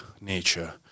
nature